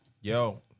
Yo